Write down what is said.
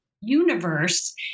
universe